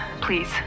please